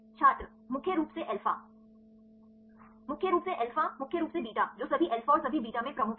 छात्र मुख्य रूप से अल्फा मुख्य रूप से अल्फा मुख्य रूप से बीटा जो सभी अल्फा और सभी बीटा में प्रमुख हैं